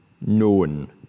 known